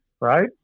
Right